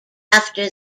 after